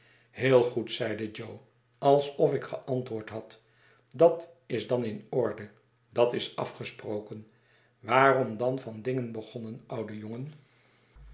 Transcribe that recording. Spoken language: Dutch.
heel goed zeide jo alsof ik geantwoord had dat is dan in orde dat is afgesproken waarom dan van dingen begonnen oude jongen